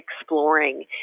exploring